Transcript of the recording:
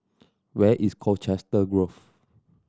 where is Colchester Grove